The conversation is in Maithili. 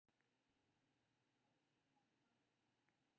एकर खेती मुख्यतः दक्षिण एशिया मे सालाना होइ छै